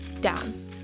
down